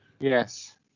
Yes